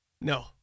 No